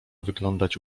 wyglądać